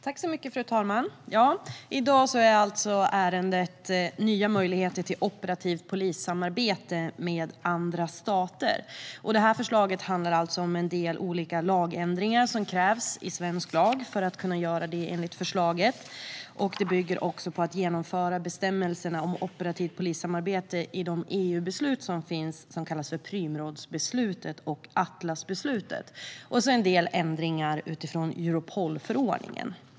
Fru talman! I dag är alltså ärendet nya möjligheter till operativt polissamarbete med andra stater. Det handlar om en del lagändringar som krävs i svensk lag för att kunna genomföra förslaget. Det handlar om att genomföra bestämmelserna om operativt polissamarbete i de EU-beslut som finns, som kallas för Prümrådsbeslutet och Atlasbeslutet, och en del ändringar utifrån Europolförordningen.